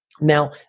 Now